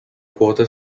quarter